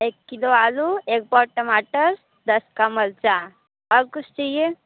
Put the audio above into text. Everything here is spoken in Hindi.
एक किलो आलू एक पाव टमाटर दस का मरचा और कुछ चाहिए